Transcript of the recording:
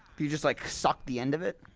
d'you just like suck the end of it?